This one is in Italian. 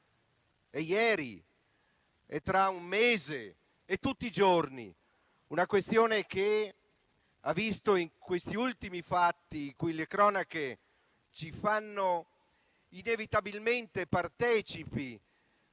è ieri, è tra un mese, è tutti i giorni. Si tratta di una questione che ha visto, negli ultimi fatti di cui le cronache ci fanno inevitabilmente partecipi,